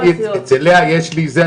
אצל לאה יש לי זה,